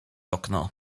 okno